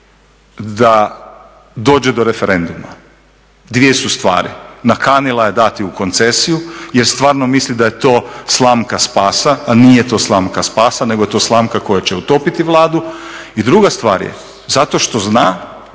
da dođe do referenduma? Dvije su stvari, nakanila je dati u koncesiju jer stvarno misli da je to slamka spasa, a nije to slamka spasa nego je to slamka koja će utopiti Vladu. I druga stvar je, zato što zna